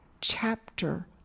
chapter